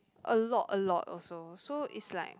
a lot a lot also so it's like